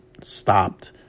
stopped